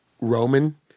Roman